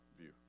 view